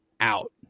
out